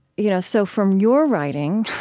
you know, so from your writing,